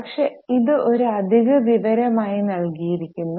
പക്ഷേ ഇത് ഒരു അധിക വിവരമായി നൽകിയിരിക്കുന്നു